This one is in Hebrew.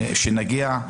וכשנגיע,